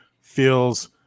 feels